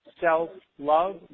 self-love